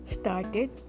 Started